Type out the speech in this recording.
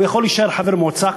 הוא יכול להישאר חבר מועצה,